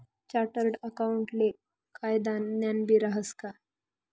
chartered अकाऊंटले कायदानं ज्ञानबी रहास का